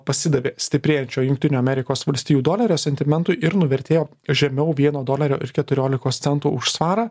pasidavė stiprėjančio jungtinių amerikos valstijų dolerio sentimentui ir nuvertėjo žemiau vieno dolerio ir keturiolikos centų už svarą